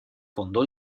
fondò